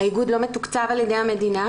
האיגוד לא מתוקצב על ידי המדינה,